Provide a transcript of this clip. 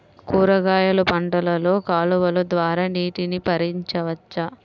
కూరగాయలు పంటలలో కాలువలు ద్వారా నీటిని పరించవచ్చా?